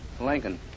Lincoln